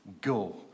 go